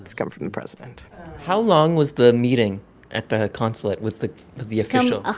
it's coming from the president how long was the meeting at the consulate with the the official? ah